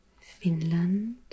Finland